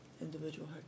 individual